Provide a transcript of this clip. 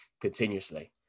continuously